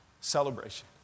Celebration